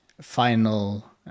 final